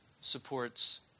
supports